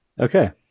Okay